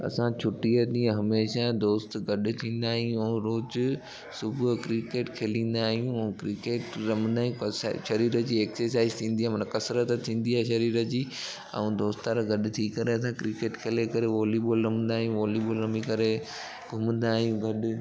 असां छुटीअ ॾींहुं हमेशह दोस्त गॾु थींदा आहियूं ऐं रोज़ु सुबुह जो क्रिकेट खेलींदा आहियूं क्रिकेट रमंदा आहियूं शरीर जी एक्सरसाइज़ थींदी आहे मन कसरत थींदी आहे शरीर जी ऐं दोस्त यार गॾु थी करे क्रिकेट खेले करे वॉलीबॉल रमंदा आहियूं वॉलीबॉल रमी करे घुमंदा आहियूं गॾु